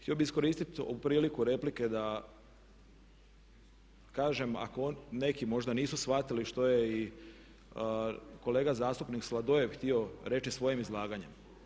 Htio bih iskoristiti ovu priliku replike da kažem ako neki možda nisu shvatili što je i kolega zastupnik Sladoljev htio reći svojim izlaganjem.